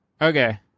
Okay